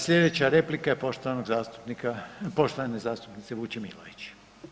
Sljedeća replika je poštovane zastupnice Vučemilović.